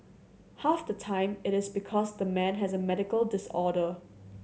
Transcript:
half the time it is because the man has a medical disorder